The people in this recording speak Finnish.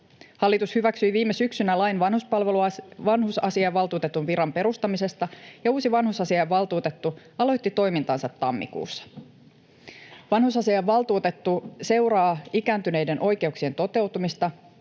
Hallitus hyväksyi viime syksynä lain vanhusasiainvaltuutetun viran perustamisesta, ja uusi vanhusasiainvaltuutettu aloitti toimintansa tammikuussa. Vanhusasiainvaltuutettu seuraa ikääntyneiden oikeuksien toteutumista,